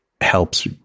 helps